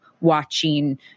watching